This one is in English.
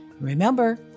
Remember